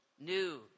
new